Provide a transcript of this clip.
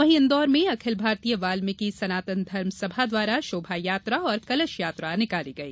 वहीं इन्दौर में अखिल भारतीय वाल्मीकि सनातन धर्म सभा द्वारा शोभायात्रा और कलश यात्रा निकाली गई